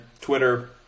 Twitter